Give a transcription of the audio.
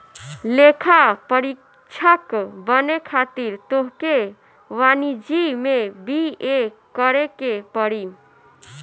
लेखापरीक्षक बने खातिर तोहके वाणिज्यि में बी.ए करेके पड़ी